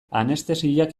anestesiak